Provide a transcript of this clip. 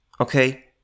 Okay